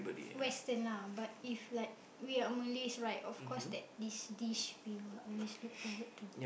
Western lah but if like we are Malays right of course that this dish we will always look forward to